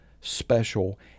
special